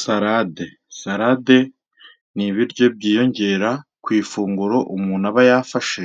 Salade, salade ni ibiryo byiyongera ku ifunguro umuntu aba yafashe